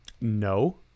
No